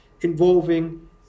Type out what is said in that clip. involving